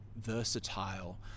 versatile